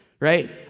right